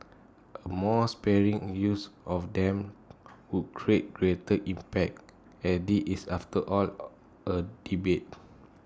A more sparing use of them would create greater impact as this is after all A debate